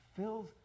fills